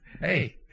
hey